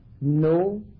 no